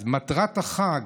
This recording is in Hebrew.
אז מטרת החג,